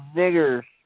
niggers